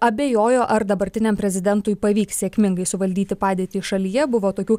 abejojo ar dabartiniam prezidentui pavyks sėkmingai suvaldyti padėtį šalyje buvo tokių